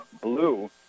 blue